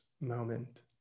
moment